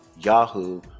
Yahoo